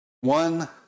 One